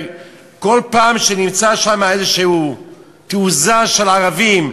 כל פעם שנמצא שם תעוזה כלשהי של ערבים,